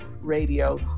Radio